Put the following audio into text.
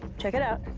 check it out.